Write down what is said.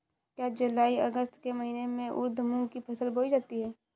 क्या जूलाई अगस्त के महीने में उर्द मूंग की फसल बोई जाती है?